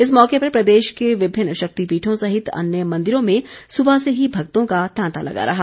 इस मौके पर प्रदेश के विभिन्न शक्तिपीठों सहित अन्य मंदिरों में सुबह से ही भक्तों का तांता लगा रहा